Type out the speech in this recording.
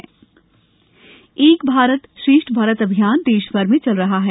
एक भारत श्रेष्ठ भारत एक भारत श्रेष्ठ भारत अभियान देश भर में चल रहा है